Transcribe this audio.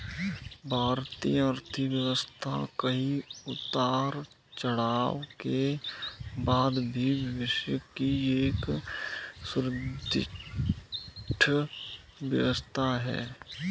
भारतीय अर्थव्यवस्था कई उतार चढ़ाव के बाद भी विश्व की एक सुदृढ़ व्यवस्था है